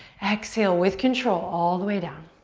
exhale with control all the way down.